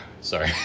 Sorry